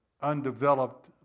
undeveloped